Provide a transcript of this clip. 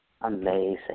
Amazing